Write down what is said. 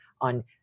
on